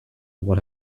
what